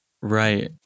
right